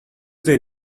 their